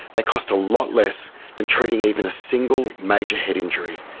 they cost a lot less than treating even a single major head injury.